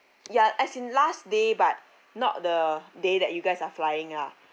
ya as in last day but not the day that you guys are flying lah